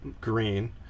green